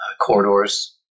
corridors